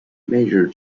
major